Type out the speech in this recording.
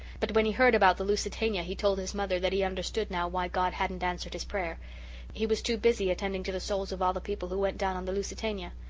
but when he heard about the lusitania he told his mother that he understood now why god didn't and answer his prayer he was too busy attending to the souls of all the people who went down on the lusitania.